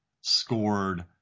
scored